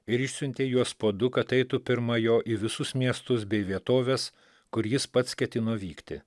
ir išsiuntė juos po du kad eitų pirma jo į visus miestus bei vietoves kur jis pats ketino vykti